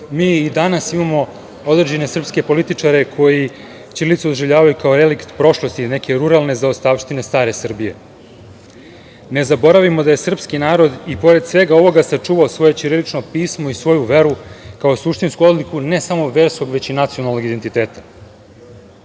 mi i danas imamo određene srpske političare koji ćirilicu doživljavaju kao relikt prošlosti iz neke ruralne zaostavštine stare Srbije. Ne zaboravimo da je srpski narod i pored svega ovoga sačuvao svoje ćirilično pismo i svoju veru, kao suštinsku odliku ne samo verskog već i nacionalnog identiteta.